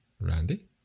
Randy